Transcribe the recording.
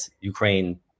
Ukraine